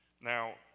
Now